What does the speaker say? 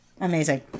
Amazing